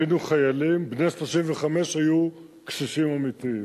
כשהיינו חיילים, בני 35 היו קשישים אמיתיים,